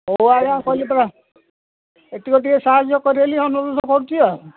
ହଉ ଆଜ୍ଞା କହିଲି ପରା ଏତିକି ଟିକେ ସାହାଯ୍ୟ କରିବେ ବୋଲି ଅନୁରୋଧ କରୁଛି ଆଉ